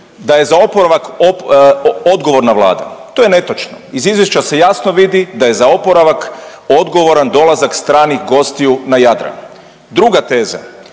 da je za oporavak odgovorna Vlada, to je netočno. Iz izvješća se jasno vidi da je za oporavak odgovoran dolazak stranih gostiju na Jadran. Druga teza